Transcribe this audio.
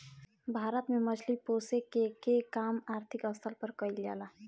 भारत में मछली पोसेके के काम आर्थिक स्तर पर कईल जा ला